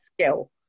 skill